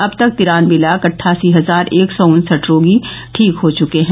अब तक तिरानबे लाख अटठासी हजार एक सौ उनसठ रोगी ठीक हो चुके हैं